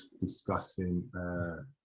discussing